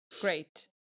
great